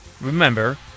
Remember